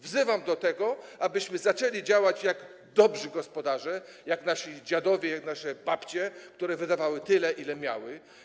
Wzywam do tego, abyśmy zaczęli działać jak dobrzy gospodarze, jak nasi dziadowie, jak nasze babcie, które wydawały tyle, ile miały.